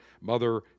Mother